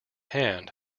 hand